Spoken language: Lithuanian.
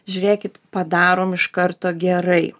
žiūrėkit padarom iš karto gerai